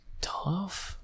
tough